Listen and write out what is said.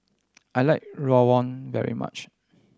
I like rawon very much